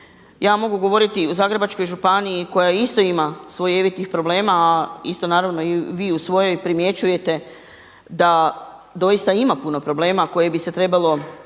ja mogu govoriti o Zagrebačkoj županiji koja isto ima slojevitih problema a isto naravno i vi u svojoj primjećujete da doista ima puno problema koje bi se trebalo